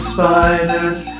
Spider's